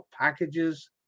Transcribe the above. packages